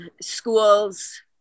schools